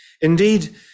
Indeed